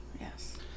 Yes